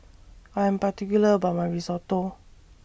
I'm particular about My Risotto